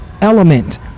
element